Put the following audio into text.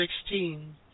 sixteen